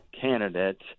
candidate